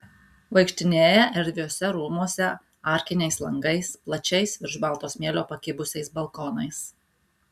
vaikštinėja erdviuose rūmuose arkiniais langais plačiais virš balto smėlio pakibusiais balkonais